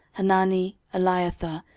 hanani, eliathah,